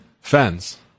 Fans